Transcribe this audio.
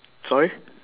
sorry